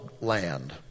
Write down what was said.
land